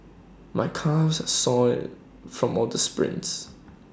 my calves are sore from all the sprints